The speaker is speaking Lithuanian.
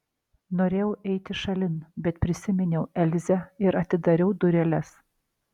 norėjau eiti šalin bet prisiminiau elzę ir atidariau dureles